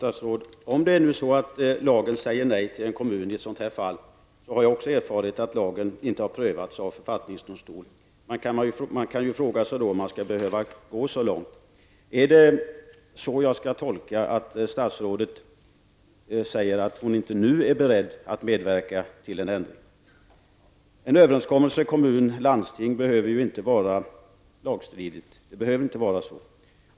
Fru talman! Om lagen säger nej till en kommun i ett sådant fall, har jag också erfarit att lagen inte har prövats av förvaltningsdomstol. Man kan fråga sig om man skall behöva gå så långt. Skall jag tolka statsrådet så att hon inte nu är beredd att medverka till en ändring? En överenskommelse mellan kommun och landsting behöver inte vara lagstridig.